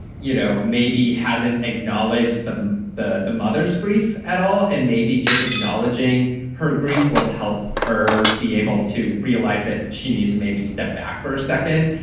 you know, maybe hasn't acknowledged the the mother's grief at all and maybe just acknowledging her grief will help her be able to realize that she needs maybe step back for a second.